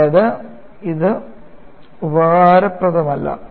അതായത് ഇത് ഉപയോഗപ്രദമല്ല